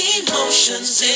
emotions